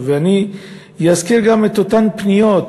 אני אזכיר גם את אותן פניות,